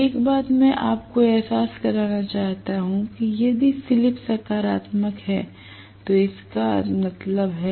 एक बात मैं आपको एहसास कराना चाहता हूं कि यदि स्लिप सकारात्मक है तो इसका मतलब है